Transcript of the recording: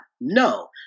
No